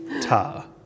Ta